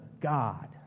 God